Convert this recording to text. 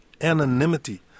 anonymity